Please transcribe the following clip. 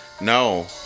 No